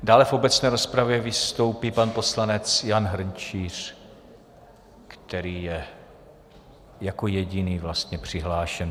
Dále v obecné rozpravě vystoupí pan poslanec Jan Hrnčíř, který je jako jediný vlastně přihlášen.